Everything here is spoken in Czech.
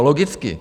Logicky.